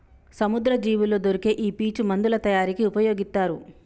సముద్రపు జీవుల్లో దొరికే ఈ పీచు మందుల తయారీకి ఉపయొగితారు